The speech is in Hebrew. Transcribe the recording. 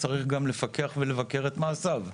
צריך גם לפקח ולבקר את מעשיו.